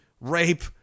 rape